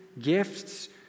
gifts